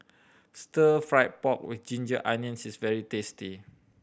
Stir Fry pork with ginger onions is very tasty